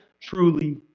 truly